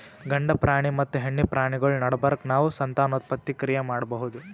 ಗಂಡ ಪ್ರಾಣಿ ಮತ್ತ್ ಹೆಣ್ಣ್ ಪ್ರಾಣಿಗಳ್ ನಡಬರ್ಕ್ ನಾವ್ ಸಂತಾನೋತ್ಪತ್ತಿ ಕ್ರಿಯೆ ಮಾಡಬಹುದ್